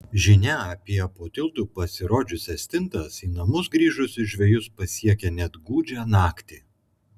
žinia apie po tiltu pasirodžiusias stintas į namus grįžusius žvejus pasiekia net gūdžią naktį